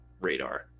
radar